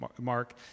Mark